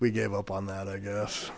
we gave up on that i guess